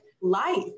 life